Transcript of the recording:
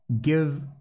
give